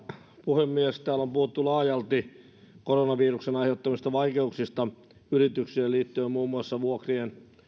puhemies täällä on puhuttu laajalti koronaviruksen aiheuttamista vaikeuksista yrityksille liittyen muun muassa vuokrien